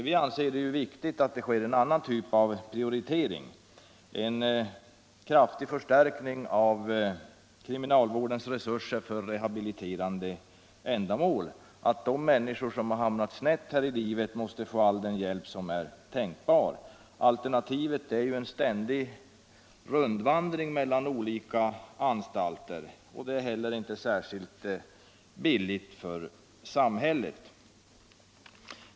Vi anser det viktigt med en annan typ av prioritering — en kraftig förstärkning av kriminalvårdens resurser för rehabiliterande ändamål. De människor som har hamnat snett i livet måste få all tänkbar hjälp. Alternativet är en ständig rundvandring mellan olika anstalter, och det är inte särskilt billigt för samhället.